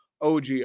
OG